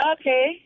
okay